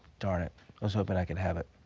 darn it. i was hoping i could have it.